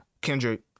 Kendrick